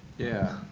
yeah.